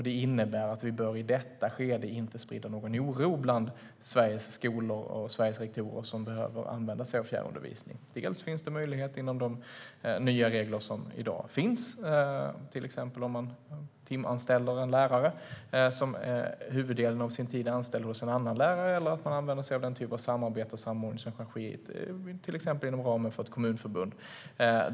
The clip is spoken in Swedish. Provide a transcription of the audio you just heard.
Det innebär att vi i detta skede inte bör sprida någon oro bland Sveriges skolor och rektorer som behöver använda sig av fjärrundervisning. Det finns möjligheter med de nya regler som i dag finns. Det gäller till exempel om man timanställer en lärare som huvuddelen av sin tid är anställd hos en annan huvudman. Man kan också använda sig av den typ av samarbete och samordning som kan ske till exempel inom ramen för ett kommunförbund.